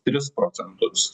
tris procentus